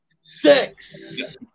Six